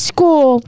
School